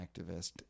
activist